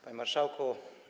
Panie Marszałku!